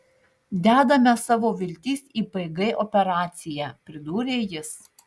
dedame savo viltis į pg operaciją pridūrė jis